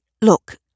look